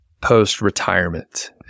post-retirement